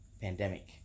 pandemic